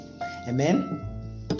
Amen